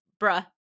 bruh